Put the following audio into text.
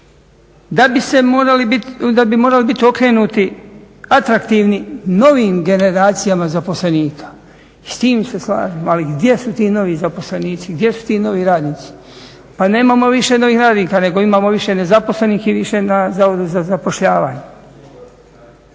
da bi morali biti okrenuti atraktivni novim generacijama zaposlenika. I s tim se slažemo ali gdje su ti novi zaposlenici, gdje su ti novi radnici, pa nemamo više novih radnika nego imamo više nezaposlenih i više na Zavodu za zapošljavanje.